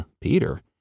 Peter